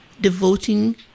devoting